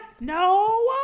No